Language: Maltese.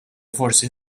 forsi